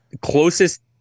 closest